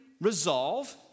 resolve